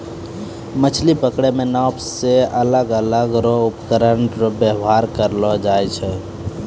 मछली पकड़ै मे नांव से अलग अलग रो उपकरण वेवहार करलो जाय छै